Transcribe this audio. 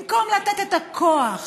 במקום לתת את הכוח